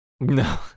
No